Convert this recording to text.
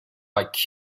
like